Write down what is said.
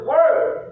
Word